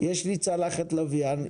יש לי צלחת לוויין,